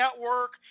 Network